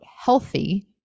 healthy